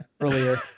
Earlier